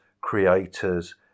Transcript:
creators